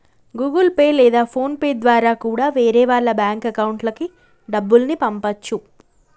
Google Pay లేదా PhonePe ద్వారా కూడా వేరే వాళ్ళ బ్యేంకు అకౌంట్లకి డబ్బుల్ని పంపచ్చు